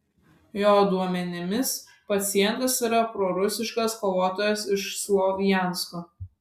jo duomenimis pacientas yra prorusiškas kovotojas iš slovjansko